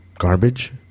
garbage